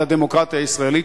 על הדמוקרטיה הישראלית,